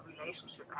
relationship